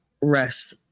rest